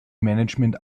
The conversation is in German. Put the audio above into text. management